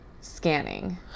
scanning